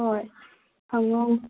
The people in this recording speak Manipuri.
ꯍꯣꯏ ꯍꯪꯉꯣ